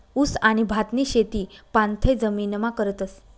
ऊस आणि भातनी शेती पाणथय जमीनमा करतस